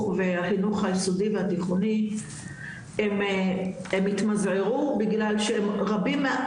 והחינוך היסודי והתיכוני הם התמזערו בגלל שהם רבים מה-,